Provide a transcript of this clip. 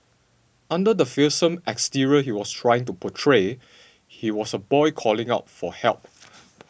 under the fearsome exterior he was trying to portray he was a boy calling out for help